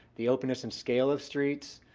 the openness and scale of streets.